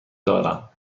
دارم